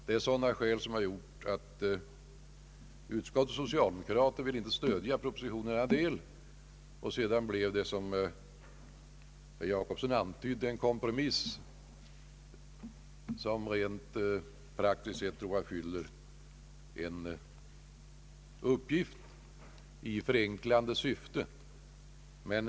Det är sådana skäl som gjort att utskottets socialdemokrater inte velat stödja propositionen i denna del. Sedan kom utskottet, som herr Jacobsson antydde, fram till en kompromiss, som jag tror rent praktiskt fyller en uppgift i förenklande syfte.